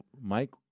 Mike